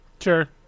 Sure